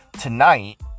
tonight